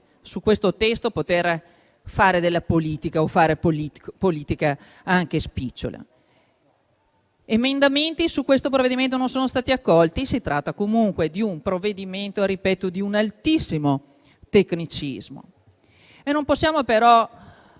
su questo testo poter fare della politica anche spicciola. Emendamenti su questo provvedimento non sono stati accolti: si tratta comunque di un provvedimento di un altissimo livello di tecnicismo. Non possiamo, però,